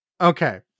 Okay